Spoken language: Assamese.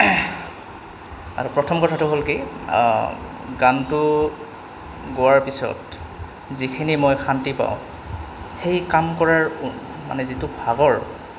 আৰু প্ৰথম কথাটো হ'ল কি গানটো গোৱাৰ পিছত যিখিনি মই শান্তি পাওঁ সেই কাম কৰাৰ মানে যিটো ভাগৰ